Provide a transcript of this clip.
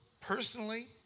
personally